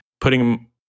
putting